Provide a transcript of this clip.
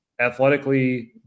athletically